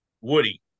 Woody